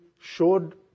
showed